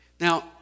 Now